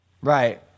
Right